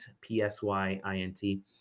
P-S-Y-I-N-T